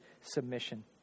submission